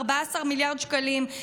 14 מיליארד שקלים,